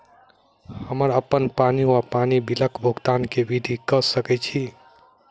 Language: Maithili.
हम्मर अप्पन पानि वा पानि बिलक भुगतान केँ विधि कऽ सकय छी?